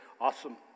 Awesome